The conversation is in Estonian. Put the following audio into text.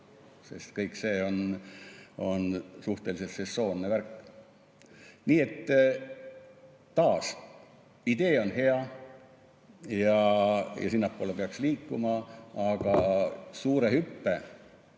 on. Kõik see on suhteliselt sesoonne värk. Taas: idee on hea ja sinnapoole peaks liikuma, aga suure hüppe